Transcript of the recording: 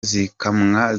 zikamwa